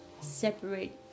separate